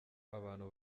abantu